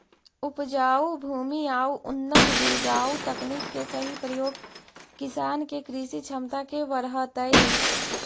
उपजाऊ भूमि आउ उन्नत बीज आउ तकनीक के सही प्रयोग किसान के कृषि क्षमता के बढ़ऽतइ